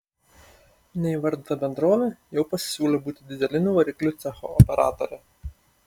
neįvardyta bendrovė jau pasisiūlė būti dyzelinių variklių cecho operatore